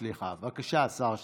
סליחה, בבקשה, השר שטרן.